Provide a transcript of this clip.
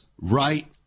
right